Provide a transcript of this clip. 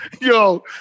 Yo